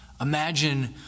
Imagine